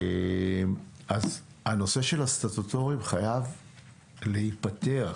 הנושא של הסטטוטוריים חייב להיפתר.